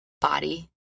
body